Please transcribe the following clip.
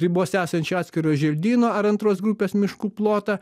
ribose esančio atskirojo želdyno ar antros grupės miškų plotą